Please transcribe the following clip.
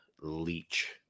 leech